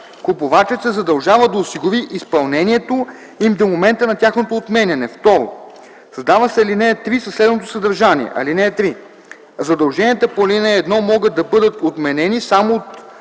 купувачът се задължава да осигури изпълнението им до момента на тяхното отменяне”. 2. Създава се ал. 3 със следното съдържание: „(3) Задълженията по ал. 1 могат да бъдат отменени само от